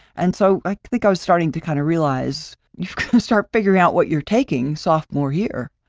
and so, i think i was starting to kind of realize, you start figuring out what you're taking sophomore year.